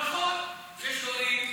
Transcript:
נכון, יש הורים